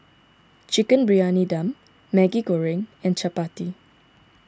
Chicken Briyani Dum Maggi Goreng and Chappati